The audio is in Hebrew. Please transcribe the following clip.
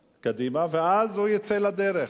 קדימה, ואז הוא יצא לדרך.